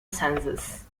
census